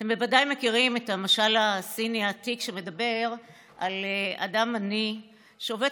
אתם בוודאי מכירים את המשל הסיני העתיק שמדבר על אדם עני שעובד